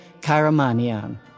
Karamanian